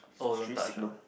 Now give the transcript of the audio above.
oh don't touch ah